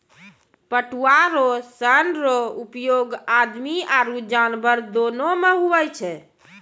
पटुआ रो सन रो उपयोग आदमी आरु जानवर दोनो मे हुवै छै